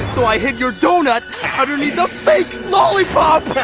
so i hid your doughnut underneath a fake lollipop.